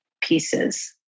pieces